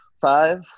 five